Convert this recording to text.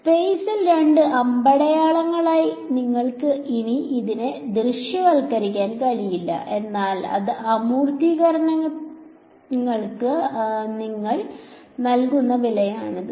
സ്പെയ്സിലെ രണ്ട് അമ്പടയാളങ്ങളായി നിങ്ങൾക്ക് ഇനി അതിനെ ദൃശ്യവൽക്കരിക്കാൻ കഴിയില്ല എന്നാൽ ചില അമൂർത്തീകരണങ്ങൾക്ക് നിങ്ങൾ നൽകുന്ന വിലയാണിത്